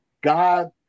God